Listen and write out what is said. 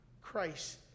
Christ